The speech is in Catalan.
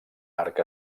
arc